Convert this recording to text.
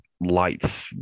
lights